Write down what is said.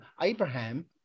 abraham